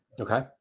Okay